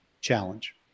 challenge